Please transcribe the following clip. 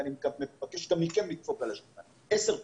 ואני מבקש גם מכם לדפוק על השולחן עשר פעמים,